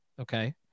Okay